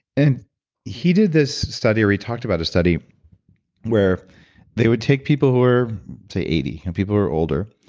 and he did this study or he talked about a study where they would take people who were to eighty, and people who were older,